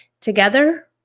Together